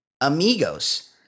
Amigos